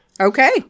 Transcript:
Okay